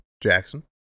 jackson